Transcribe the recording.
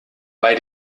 bei